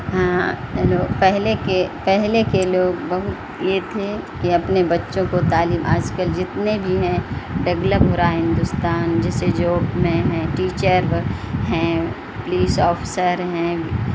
ہاں لوگ پہلے کے پہلے کے لوگ بہت یہ تھے کہ اپنے بچوں کو تعلیم آج کل جتنے بھی ہیں ڈیولپ ہو رہا ہے ہندوستان جیسے جاب میں ہیں ٹیچر ہیں پولیس آفسر ہیں